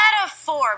metaphor